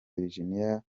virginia